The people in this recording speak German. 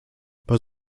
bei